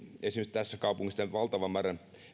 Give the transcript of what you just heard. esimerkiksi tässä kaupungissa valtavan määrän